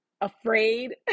afraid